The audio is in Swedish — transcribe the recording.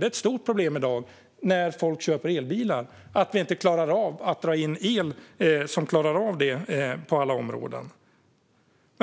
Det är ett stort problem när folk i dag köper elbilar att vi inte klarar av att dra in el som räcker till i alla områden.